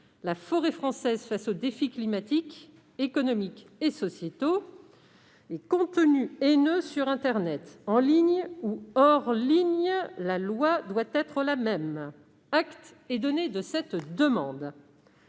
La forêt française face aux défis climatiques, économiques et sociétaux » et « Contenus haineux sur internet : en ligne ou hors ligne, la loi doit être la même ». Acte est donné de cette demande.